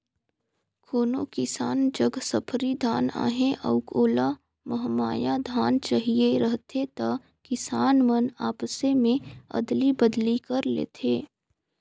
कोनो किसान जग सफरी धान अहे अउ ओला महमाया धान चहिए रहथे त किसान मन आपसे में अदली बदली कर लेथे